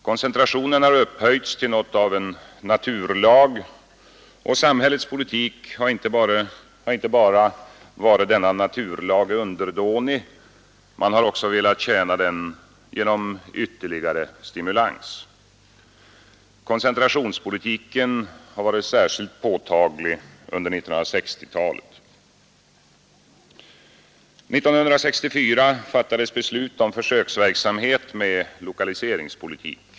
Koncentrationen har upphöjts till något av en naturlag, och samhällets politik har inte bara varit denna naturlag underdånig man har också velat tjäna den genom ytterligare stimulans. Koncentrationspolitiken har varit särskilt påtaglig under 1960-talet. 1964 fattades beslut om försöksverksamhet med lokaliseringspolitik.